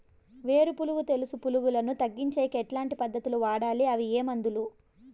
వేరు పులుగు తెలుసు పులుగులను తగ్గించేకి ఎట్లాంటి పద్ధతులు వాడాలి? అవి ఏ మందులు?